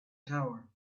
tower